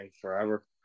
forever